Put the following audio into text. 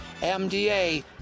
MDA